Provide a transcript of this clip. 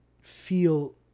feel